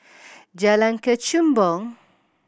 Jalan Kechubong